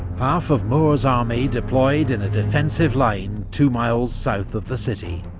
half of moore's army deployed in a defensive line two miles south of the city,